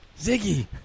Ziggy